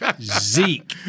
Zeke